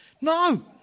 No